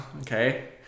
okay